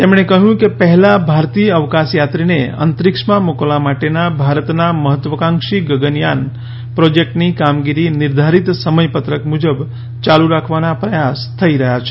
તેમણે કહ્યું કે પહેલા ભારતીય અવકાશયાત્રીને અંતરીક્ષમાં મોકલવા માટેના ભારતના મહત્વાકાંક્ષી ગગનયાન પ્રોજેક્ટની કામગીરી નિર્ધારીત સમયપત્રક મુજબ ચાલુ રાખવાના પ્રયાસ થઈ રહ્યા છે